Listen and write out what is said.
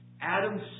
Adam